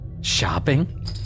Shopping